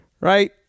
Right